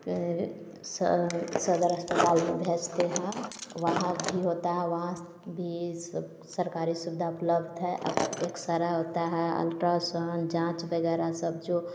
ते सब सदर अस्पताल में भेजते हैं वहाँ भी होता है वहाँ भी सब सरकारी सुविधा उपलब्ध है अब एक्स रै होता है अल्ट्रासाउन जाँच वगैरह सब जो